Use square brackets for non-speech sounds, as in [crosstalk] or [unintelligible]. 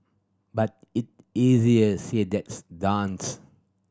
but it easier said [unintelligible] done [unintelligible]